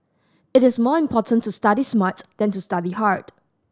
it is more important to study smart than to study hard